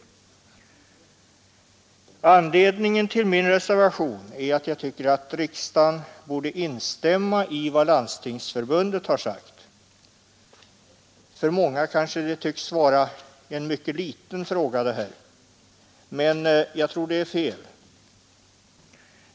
Anledningen till min reservation är att jag tycker att riksdagen borde instämma i vad Landstingsförbundet har sagt. För många kanske det förefaller vara en mycket liten fråga. Men jag tror att det är fel.